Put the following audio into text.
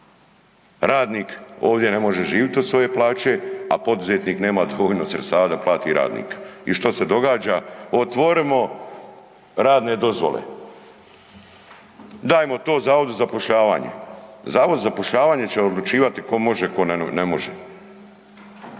Radnik ovdje ne može živit od svoje plaće, a poduzetnik nema dovoljno sredstava da plati radnika. I što se događa? Otvorimo radne dozvole, dajmo to zavodu za zapošljavanje. Zavod za zapošljavanje će odlučivati tko može, tko ne može.